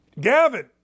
Gavin